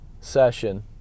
session